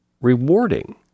rewarding